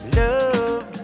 love